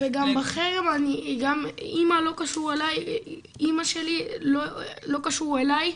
וגם בחרם, אמא שלי לא קשור אליי,